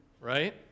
Right